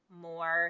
more